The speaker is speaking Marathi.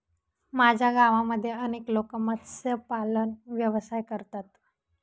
माझ्या गावामध्ये अनेक लोक मत्स्यपालन व्यवसाय करतात